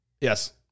yes